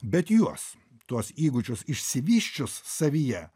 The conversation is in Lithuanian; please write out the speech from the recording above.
bet juos tuos įgūdžius išsivysčius savyje